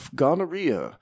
gonorrhea